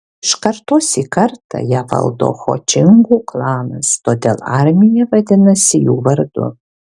iš kartos į kartą ją valdo ho čingų klanas todėl armija vadinasi jų vardu